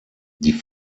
die